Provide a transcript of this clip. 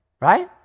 right